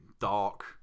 dark